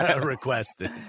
requested